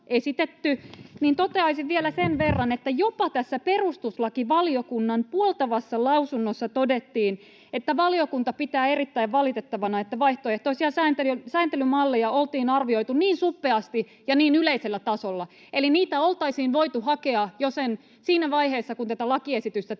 — toteaisin vielä sen verran, että jopa tässä perustuslakivaliokunnan puoltavassa lausunnossa todettiin, että valiokunta pitää erittäin valitettavana, että vaihtoehtoisia sääntelymalleja oltiin arvioitu niin suppeasti ja niin yleisellä tasolla. Eli niitä oltaisiin voitu hakea jo siinä vaiheessa, kun tätä lakiesitystä tehtiin.